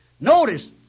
Notice